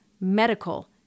Medical